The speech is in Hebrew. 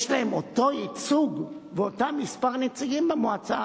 יש להם אותו ייצוג ואותו מספר נציגים במועצה